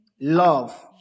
Love